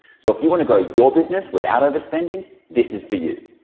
so if you want to grow your business without overspending this is for you.